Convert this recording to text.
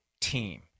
team